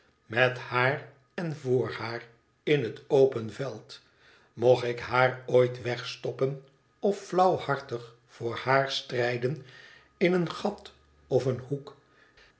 met haar en voor haar in het open veld mocht ik haar ooit wegstoppen offiauwhartig voor haar strijden in een gat of een hoek